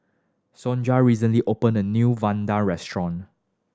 Sonja recently opened a new vadai restaurant